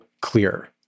clear